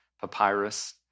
papyrus